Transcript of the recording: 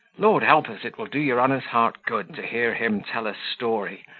lord help us! it will do your honour's heart good to hear him tell a story,